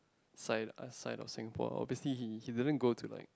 side a side of Singapore obviously he he didn't go to like